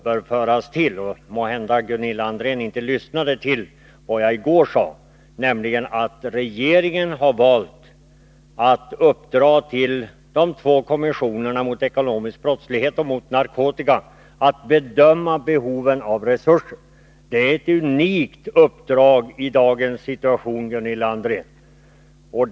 Måhända lyssnade Gunilla André inte på vad jag då sade, nämligen att regeringen har valt att uppdra åt de två kommissionerna för bekämpning av ekonomisk brottslighet och narkotika att bedöma behoven av resurser. Det är ett unikt uppdrag i dagens situation, Gunilla André.